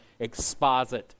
exposit